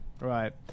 Right